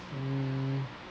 mm